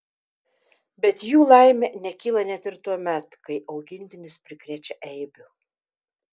bet jų laimė nekyla net ir tuomet kai augintinis prikrečia eibių